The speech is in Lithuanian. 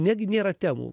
netgi nėra temų